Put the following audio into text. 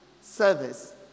service